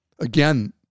Again